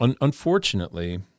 Unfortunately